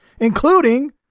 including